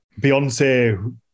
Beyonce